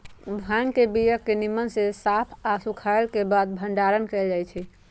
भांग के बीया के निम्मन से साफ आऽ सुखएला के बाद भंडारण कएल जाइ छइ